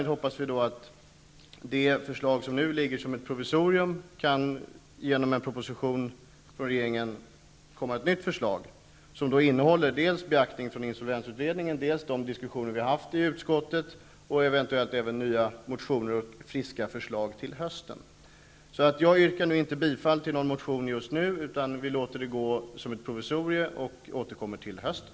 Vi hoppas att nuvarande provisoriska förslag, efter beaktande av nya framlagda förslag av insolvensutredningen, förda diskussioner i utskottet och eventuellt nya motioner, i en proposition från regeringen kommer att framläggas som ett omarbetat förslag. Jag yrkar inte bifall till någon motion nu, utan jag vill låta det fortsätta som ett provisorium för att återkomma till hösten.